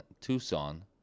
Tucson